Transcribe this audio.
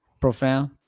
Profound